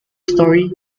story